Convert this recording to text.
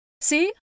See